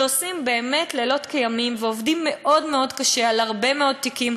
שעושים באמת לילות כימים ועובדים מאוד מאוד קשה על הרבה מאוד תיקים,